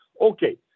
okay